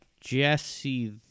Jesse